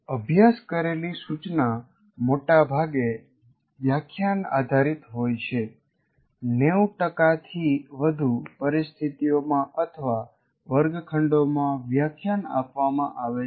અભ્યાસ કરેલી સૂચના મોટે ભાગે વ્યાખ્યાન આધારિત હોય છે 90 ટકાથી વધુ પરિસ્થિતિઓમાં અથવા વર્ગખંડોમાં વ્યાખ્યાન આપવામાં આવે છે